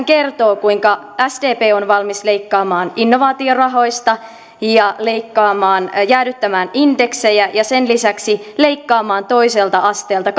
kertoo kuinka sdp on valmis leikkaamaan innovaatiorahoista ja jäädyttämään indeksejä ja sen lisäksi leikkaamaan toiselta asteelta